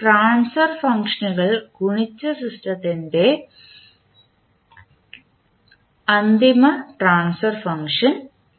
transfer ഫംഗ്ഷനുകൾ ഗുണിച്ച് സിസ്റ്റത്തിൻറെ അന്തിമ ട്രാൻസ്ഫർ ഫംഗ്ഷൻ ലഭിക്കും